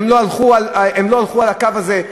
הן לא הלכו על הקו הזה,